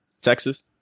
Texas